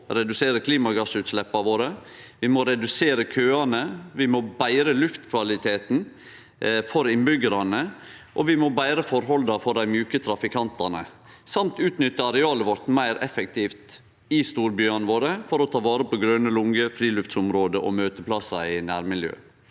vi må redusere klimagassutsleppa våre, vi må redusere køane, vi må betre luftkvaliteten for innbyggjarane, og vi må betre forholda for dei mjuke trafikantane og dessutan utnytte arealet meir effektivt i storbyane våre for å ta vare på grøne lunger, friluftsområde og møteplassar i nærmiljøet.